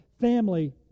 family